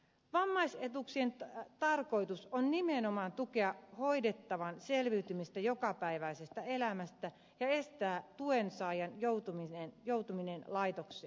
vammaisetuuksien tarkoitus on nimenomaan tukea hoidettavan selviytymistä jokapäiväisessä elämässä ja estää tuen saajan joutuminen laitoshoitoon